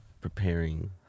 preparing